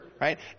right